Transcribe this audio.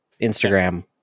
Instagram